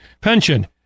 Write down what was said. pension